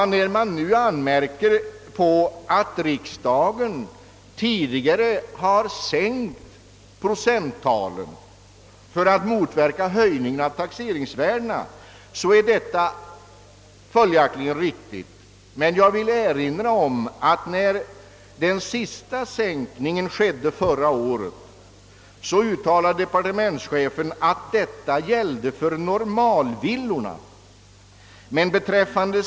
När det nu anmärkes på att riksdagen tidigare har sänkt procenttalet för att motverka höjningen av taxeringsvärdena, så är detta riktigt, men jag vill erinra om att vid den senaste sänkningen förra året uttalade departementschefen att den gällde för normalvillorna.